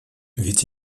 ведь